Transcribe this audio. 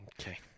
Okay